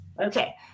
Okay